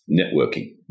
networking